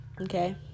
Okay